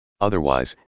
Otherwise